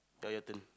yeah your turn